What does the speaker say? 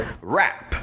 rap